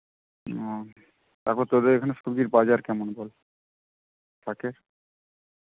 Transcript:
ও তারপর তোদের এখানে সবজির বাজার কেমন বল পাটের